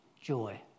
joy